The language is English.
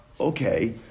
okay